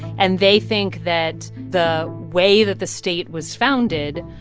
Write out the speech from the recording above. and they think that the way that the state was founded,